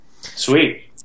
Sweet